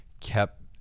kept